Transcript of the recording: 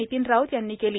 नितीन राऊत यांनी केल्या